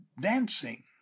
dancing